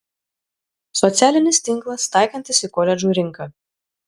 socialinis tinklas taikantis į koledžų rinką